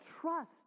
trust